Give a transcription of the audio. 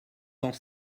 sans